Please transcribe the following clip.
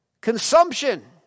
consumption